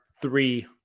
three